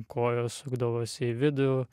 kojos sukdavosi į vidų